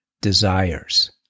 desires